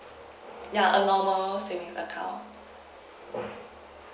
ya a normal savings account